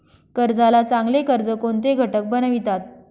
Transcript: कर्जाला चांगले कर्ज कोणते घटक बनवितात?